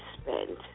spend